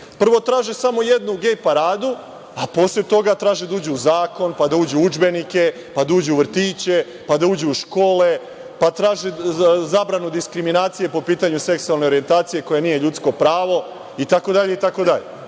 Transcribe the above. Prvo, traže samo jednu gej paradu, a posle toga traže da uđe u zakon, pa da uđe u udžbenike, pa da uđe u vrtiće, pa da uđe u škole, pa traže zabranu diskriminacije po pitanju seksualne orijentacije, koja nije ljudsko pravo itd,